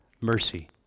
mercy